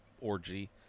orgy